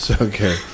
Okay